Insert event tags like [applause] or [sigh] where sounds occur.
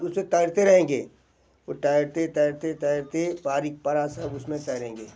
कुछ उससे तैरते रहेंगे वो तैरते तैरते तैरते [unintelligible] पड़ा सब उस में तैरेंगे